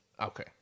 okay